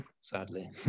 sadly